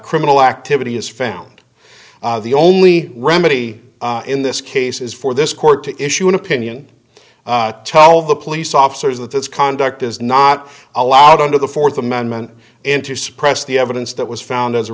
criminal activity is found the only remedy in this case is for this court to issue an opinion tell the police officers that this conduct is not allowed under the fourth amendment enter suppress the evidence that was found as a